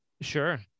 Sure